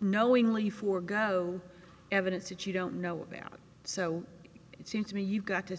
knowingly forego evidence that you don't know about so it seems to me you've got to